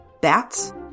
Bats